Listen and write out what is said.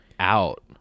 out